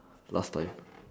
last time